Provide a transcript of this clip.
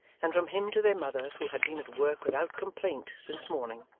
and from him to their mother, who had been at work without complaint since morning,